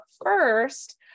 first